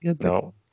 no